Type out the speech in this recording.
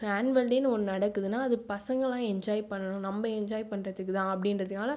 annual டேன்னு ஒன்று நடக்குதுன்னா அது பசங்களெலாம் என்ஜாய் பண்ணணும் நம்ப என்ஜாய் பண்ணுறதுக்குதான் அப்படின்றதுனால